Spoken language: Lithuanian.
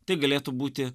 tai galėtų būti